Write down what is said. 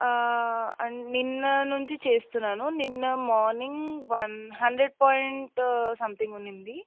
and నిన్న నుంచి చేస్తున్నాను నిన్న morning one hundred point something ఉన్నింది